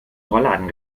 rollladen